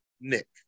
Nick